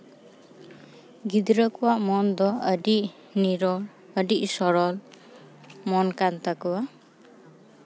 ᱜᱤᱫᱽᱨᱟᱹ ᱠᱚᱣᱟᱜ ᱢᱚᱱ ᱫᱚ ᱟᱹᱰᱤ ᱱᱤᱨᱚᱲ ᱟᱹᱰᱤ ᱥᱚᱨᱚᱞ ᱢᱚᱱ ᱠᱟᱱ ᱛᱟᱠᱚᱣᱟ